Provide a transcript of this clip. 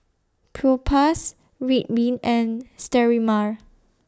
Propass Ridwind and Sterimar